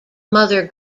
mother